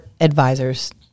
advisors –